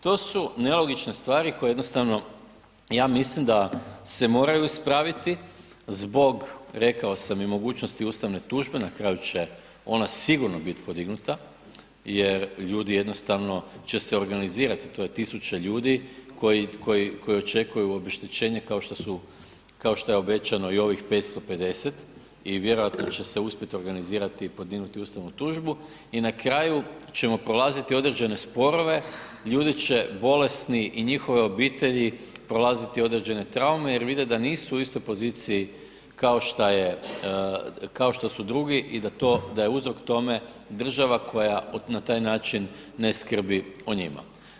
To su nelogične stvari koje jednostavno ja mislim da se moraju ispraviti zbog, rekao sam i mogućnosti ustavne tužbe, na kraju će ona sigurno biti podignuta jer ljudi jednostavno će se organizirati, to je tisuće ljudi koji čekaju obeštećenje kao što su, kao što je obećano i ovih 550 i vjerojatno će se uspjeti organizirati i podignuti ustavnu tužbu i na kraju ćemo prolaziti određene sporove, ljudi će bolesni i njihove obitelji prolaziti određene traume jer vide da nisu u istoj poziciji kao što je, kao što su drugi i da to, da je uzrok tome država koja na taj način ne skrbi o njima.